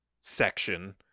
section